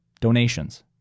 donations